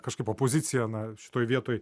kažkaip opozicija na šitoj vietoj